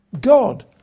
God